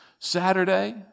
Saturday